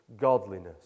godliness